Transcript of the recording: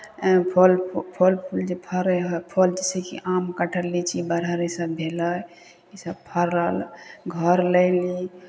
फल फु फल फूल जे फड़ै हइ फल जइसे कि आम कटहर लीची बड़हर इसभ भेलै इसभ फड़ल घर लयली